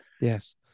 Yes